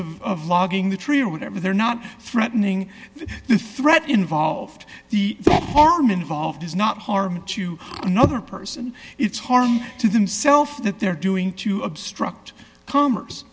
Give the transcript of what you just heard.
e of logging the tree or whatever they're not threatening the threat involved the harm involved is not harm to another person it's harm to themself that they're doing to obstruct commerce